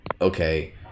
okay